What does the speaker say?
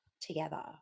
together